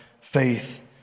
faith